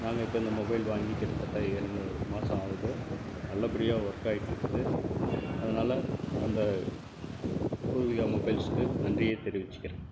நாங்கள் இப்போ இந்த மொபைல் வாங்கி கிட்டத்தட்ட இரண்டு மாதம் ஆகுது நல்லபடியாக ஒர்க்காயிட்ருக்குது அதனால அந்த பூர்விகா மொபைல்ஸ்க்கு நன்றியை தெரிவிச்சிக்கிறேன்